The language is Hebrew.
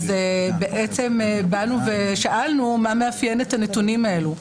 באנו ושאלנו: מה מאפיין את הנתונים האלה?